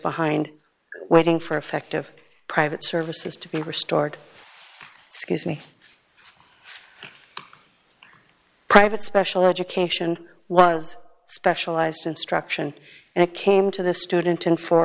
behind waiting for effective private services to be restored scuse me private special education while specialized instruction and it came to the student in f